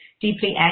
deeply